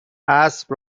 اسب